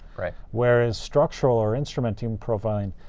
whereas structural or instrumenting profiling,